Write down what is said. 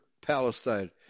Palestine